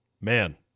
man